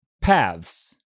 paths